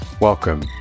Welcome